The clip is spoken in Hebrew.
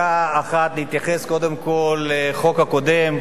אני רוצה בדקה אחת להתייחס קודם כול לחוק הקודם,